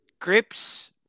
Grips